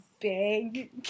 big